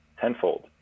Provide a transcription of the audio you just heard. tenfold